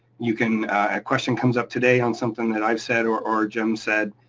you can. a question comes up today on something that i've said or or jim said,